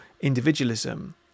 individualism